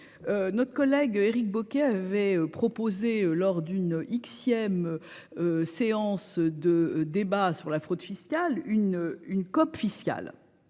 Notre collègue Éric Bocquet avait proposé lors d'un énième débat sur la fraude fiscale une « COP fiscale